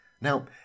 Now